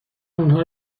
اونها